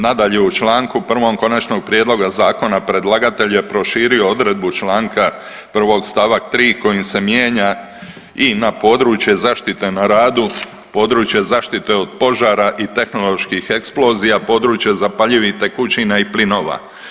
Nadalje, u članku 1. Konačnog prijedloga zakona predlagatelj je proširio odredbu članka prvog stavak 3. kojim se mijenja i na područje zaštite na radu, područje zaštite od požara i tehnoloških eksplozija, područje zapaljivih tekućina i plinova.